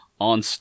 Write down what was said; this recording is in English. on